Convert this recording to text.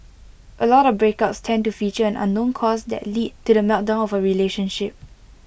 A lot of breakups tend to feature an unknown cause that lead to the meltdown of A relationship